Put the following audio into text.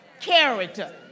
character